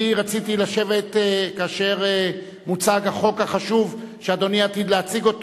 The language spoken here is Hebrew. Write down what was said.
אני רציתי לשבת כאשר מוצג החוק החשוב שאדוני עתיד להציג.